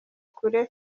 kure